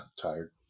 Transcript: tired